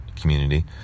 community